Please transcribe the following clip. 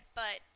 But